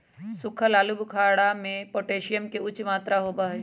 सुखल आलू बुखारा में पोटेशियम के उच्च मात्रा होबा हई